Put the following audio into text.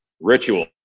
Ritual